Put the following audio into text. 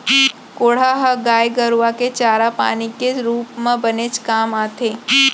कोंढ़ा ह गाय गरूआ के चारा पानी के रूप म बनेच काम आथे